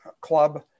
club